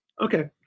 Okay